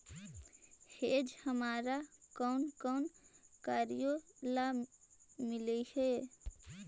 hedge हमारा कौन कौन कार्यों ला मिलई हे